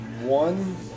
one